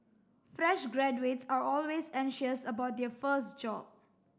fresh graduates are always anxious about their first job